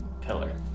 pillar